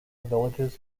villages